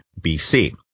BC